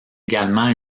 également